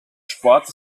sport